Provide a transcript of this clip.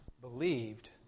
believed